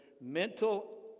mental